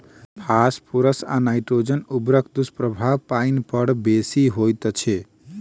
phosphorus आ nitrogen उर्वरकक दुष्प्रभाव पाइन पर बेसी होइत छै